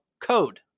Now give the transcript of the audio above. code